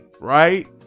Right